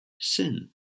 sin